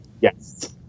Yes